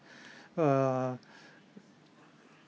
uh